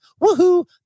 woohoo